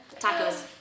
Tacos